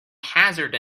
hazard